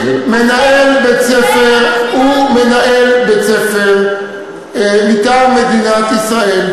מנהל בית-ספר הוא מנהל בית-ספר מטעם מדינת ישראל.